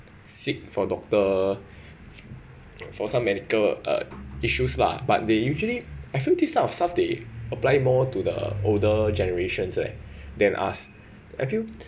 seek for doctor for some medical uh issues lah but they usually I feel this type of stuff they apply more to the older generations right than us I feel